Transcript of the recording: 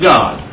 God